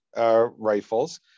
rifles